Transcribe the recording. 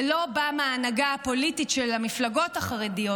זה לא בא מההנהגה הפוליטית של המפלגות החרדיות,